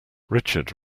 richard